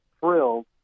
thrilled